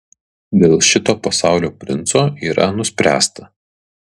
dėl šito pasaulio princo yra nuspręsta